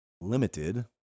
limited